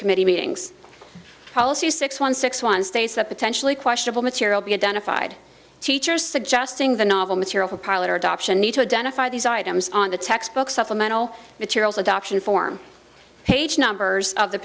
committee meetings policy six one six one states that potentially questionable material be identified teachers suggesting the novel material for pilot or adoption need to identify these items on the textbook supplemental materials adoption form page numbers of the